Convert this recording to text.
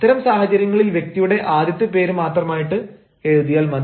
അത്തരം സാഹചര്യങ്ങളിൽ വ്യക്തിയുടെ ആദ്യത്തെ പേര് മാത്രമായിട്ട് എഴുതിയാൽ മതി